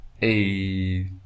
Hey